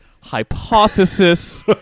Hypothesis